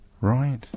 Right